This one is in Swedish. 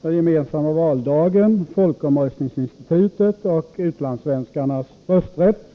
den gemensamma valdagen, folkomröstningsinstitutet och utlandssvenskarnas rösträtt.